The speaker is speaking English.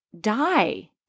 die